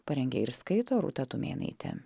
parengė ir skaito rūta tumėnaitė